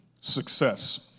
success